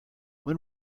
when